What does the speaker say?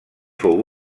fou